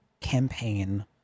campaign